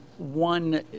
One